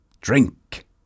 Drink